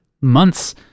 months